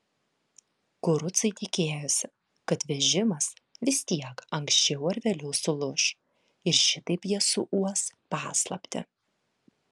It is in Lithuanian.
kurucai tikėjosi kad vežimas vis tiek anksčiau ar vėliau sulūš ir šitaip jie suuos paslaptį